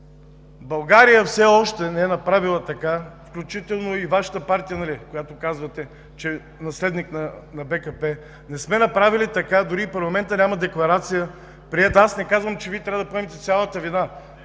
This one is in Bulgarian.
България все още не е направила така, включително и Вашата партия, която казвате, че е наследник на БКП, не сме направили така, дори и парламентът няма приета декларация. Аз не казвам, че Вие трябва да поемете цялата вина.